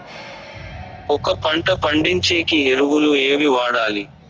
ఒక పంట పండించేకి ఎరువులు ఏవి వాడాలి?